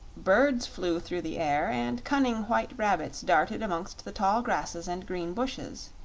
birds flew through the air and cunning white rabbits darted amongst the tall grasses and green bushes